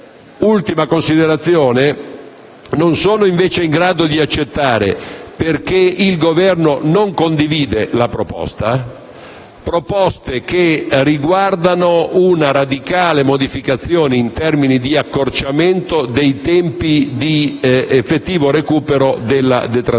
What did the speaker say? ultima considerazione, non sono invece in grado di accettare, perché il Governo non le condivide, proposte che riguardano una radicale modificazione, in termini di accorciamento, dei tempi di effettivo recupero della detrazione,